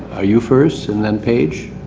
are you first, and then page?